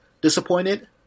disappointed